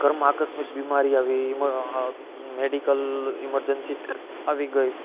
ઘરમાં આકસ્મિક બીમારી આવી મેડિકલ ઇમર્જન્સી આવી ગઈ